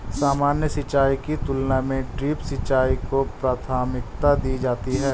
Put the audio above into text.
सामान्य सिंचाई की तुलना में ड्रिप सिंचाई को प्राथमिकता दी जाती है